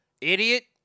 Idiot